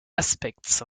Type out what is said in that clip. aspects